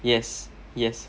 yes yes